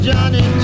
Johnny